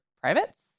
privates